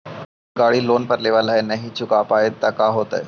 कोई गाड़ी लोन पर लेबल है नही चुका पाए तो का होतई?